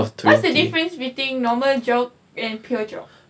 what's the difference between normal geog and pure geog